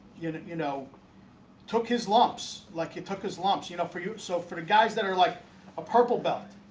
yeah you know took his lumps like he took his lumps you know for you so for the guys that are like a purple belt.